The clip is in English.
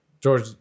George